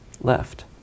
left